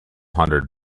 hundred